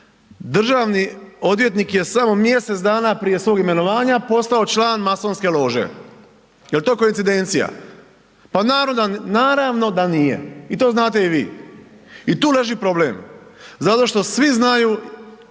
Državni odvjetnik je samo mjesec dana prije svog imenovanja postao član masonske lože. Je li to koincidencija? Pa naravno da nije i to znate i vi i tu leži problem. Zato što svi znaju,